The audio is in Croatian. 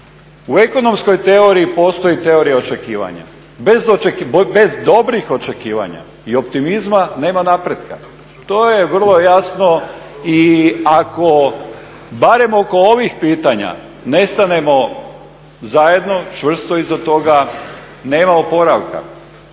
U ekonomskoj teoriji postoji teorija očekivanja. Bez dobrih očekivanja i optimizma nema napretka. To je vrlo jasno i ako barem oko ovih pitanja ne stanemo zajedno, čvrsto iza toga nema oporavka.